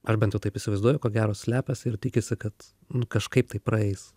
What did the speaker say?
aš bent jau taip įsivaizduoju ko gero slepiasi ir tikisi kad nu kažkaip tai praeis